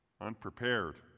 unprepared